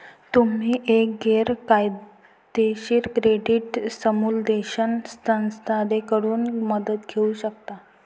तुम्ही एक गैर फायदेशीर क्रेडिट समुपदेशन संस्थेकडून मदत घेऊ शकता